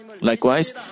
Likewise